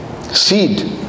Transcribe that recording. seed